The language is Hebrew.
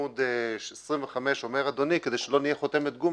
בעמוד 25 אומר אדוני: "כדי שלא נהיה חותמת גומי,